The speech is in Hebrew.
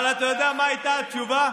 אבל אתה יודע מה הייתה התשובה?